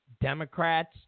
Democrats